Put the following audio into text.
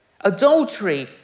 Adultery